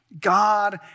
God